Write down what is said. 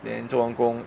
then 做完工